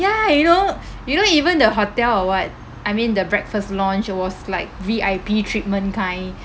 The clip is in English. ya you know you know even the hotel or what I mean the breakfast lounge it was like V_I_P treatment kind